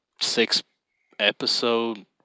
six-episode